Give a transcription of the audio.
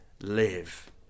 live